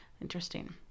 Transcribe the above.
Interesting